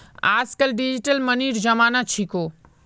आजकल डिजिटल मनीर जमाना छिको